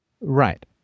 right